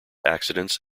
accidents